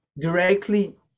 directly